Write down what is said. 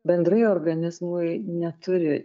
bendrai organizmui neturi